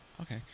Okay